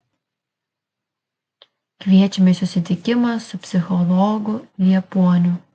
kviečiame į susitikimą su psichologu liepuoniu